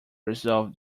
resolve